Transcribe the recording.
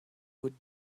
would